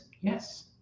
Yes